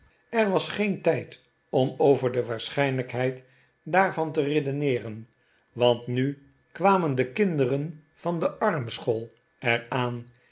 er was geen tijd om over de waarschijnlijkheid daarvan te redeneeren want nu pecksniff in zijn volle glorie kwamen de kinderen van de armschool er